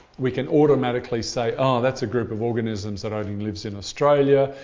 we can automatically say ah that's a group of organisms that only lives in australia.